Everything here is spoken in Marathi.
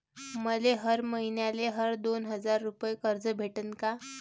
मले हर मईन्याले हर दोन हजार रुपये कर्ज भेटन का?